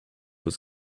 was